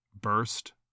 burst